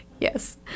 Yes